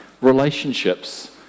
Relationships